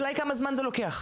השאלה היא כמה זמן זה לוקח,